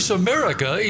america